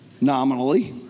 Nominally